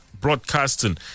broadcasting